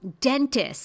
Dentist